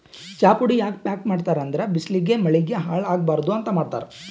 ಚಾಪುಡಿ ಯಾಕ್ ಪ್ಯಾಕ್ ಮಾಡ್ತರ್ ಅಂದ್ರ ಬಿಸ್ಲಿಗ್ ಮಳಿಗ್ ಹಾಳ್ ಆಗಬಾರ್ದ್ ಅಂತ್ ಮಾಡ್ತಾರ್